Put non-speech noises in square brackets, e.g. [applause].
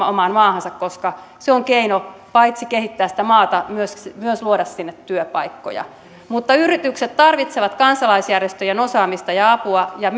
[unintelligible] omaan maahansa koska se on keino paitsi kehittää sitä maata myös myös luoda sinne työpaikkoja niin yritykset tarvitsevat kansalaisjärjestöjen osaamista ja apua ja [unintelligible]